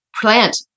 plant